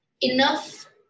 enough